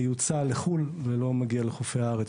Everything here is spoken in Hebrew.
מיוצא לחו"ל ולא מגיע לחופי הארץ,